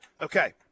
Okay